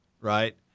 right